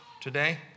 today